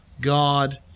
God